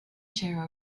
chair